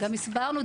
גם הסברנו,